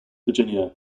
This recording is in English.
virginia